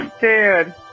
Dude